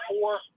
four